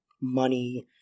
money